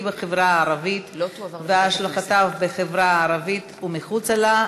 בחברה הערבית והשלכתיו בחברה הערבית ומחוצה לה,